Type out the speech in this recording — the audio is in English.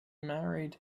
married